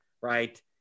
right